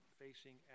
facing